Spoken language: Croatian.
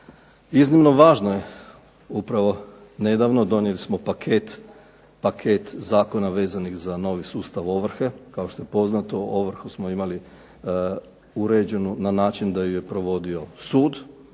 Iznimno važne upravno nedavno donijeli smo paket zakona vezanih za novi sustav ovrhe, kao što je poznato ovrhu smo imali uređenu na način da ju je provodio sud,